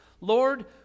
Lord